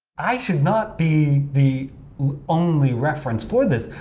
i should not be the only reference for this.